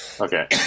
Okay